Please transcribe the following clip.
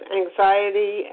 anxiety